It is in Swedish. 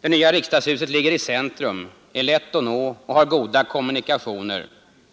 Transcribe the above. Det nya riksdagshuset ligger i centrum, är lätt att nå och har goda kommunikationer.